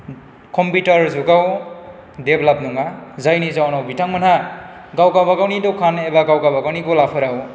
computer जुगआव डेब्लाभ नङा जायनि जाउनाव बिथांमोनहा गाव गाबागावनि दखान एबा गाव गाबागावनि गलाफोराव